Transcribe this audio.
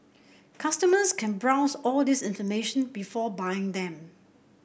customers can browse all this information before buying them